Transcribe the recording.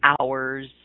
hours